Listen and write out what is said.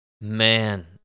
Man